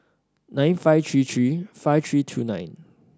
nine five three three five three two nine